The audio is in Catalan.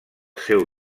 seu